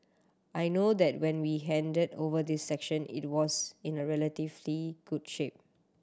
I know that when we handed over this section it was in a relatively good shape